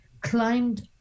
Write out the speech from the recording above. climbed